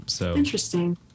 Interesting